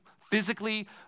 physically